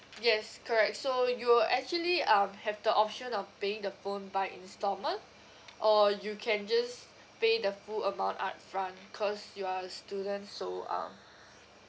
yes correct so you will actually um have the option of paying the phone by installment or you can just pay the full amount upfront cause you are a student so um